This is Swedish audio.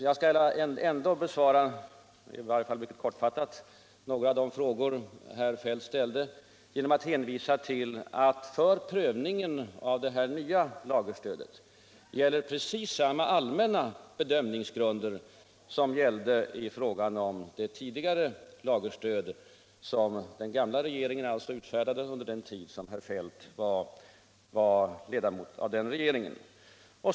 Jag skall ändå, mycket kortfattat, svara på de frågor som herr Feldt ställde. För prövningen av detta nya lagerstöd gäller precis samma allmänna bedömningsgrunder som gällde för det tidigare lagerstödet, som den gamla regeringen utfärdade under den tid herr Feldt var ledamot av den regeringen.